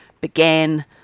began